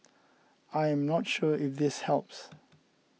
I am not sure if this helps